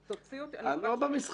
תוציא אותי --- אני לא במשחק,